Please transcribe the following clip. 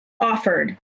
offered